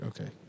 Okay